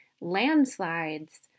landslides